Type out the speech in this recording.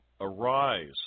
Arise